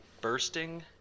bursting